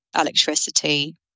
electricity